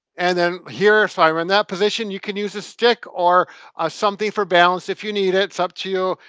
and then here, so if i were in that position, you can use a stick or something for balance if you need it, it's up to you.